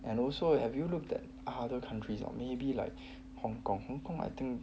and also have you looked at other countries or maybe like hong kong hong kong I think